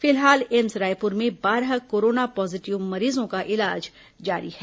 फिलहाल एम्स रायपुर में बारह कोरोना पॉजीटिव मरीजों का इलाज जारी है